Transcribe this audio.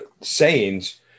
sayings